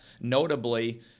notably